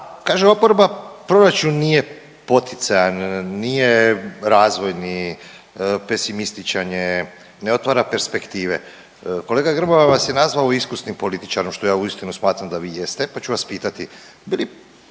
Kaže oporba proračun nije poticajan, nije razvojni, pesimističan je, ne otvara perspektive. Kolega Grmoja vas je nazvao iskusnim političarom, što ja uistinu smatram da vi jeste, pa ću vas pitati. Bi li